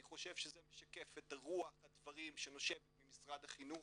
חושב שזה משקף את רוח הדברים שנושבת ממשרד החינוך,